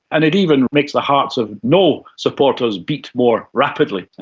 and it even makes the hearts of no supporters beat more rapidly.